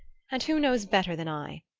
and who knows better than i?